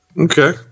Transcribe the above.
okay